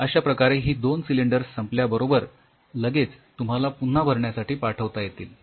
अश्या प्रकारे ही दोन सिलिंडर्स संपल्याबरोबर लगेच तुम्हाला पुन्हा भरण्यासाठी पाठविता येतील